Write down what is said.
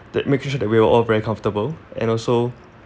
that makes su~ sure that we are all very comfortable and also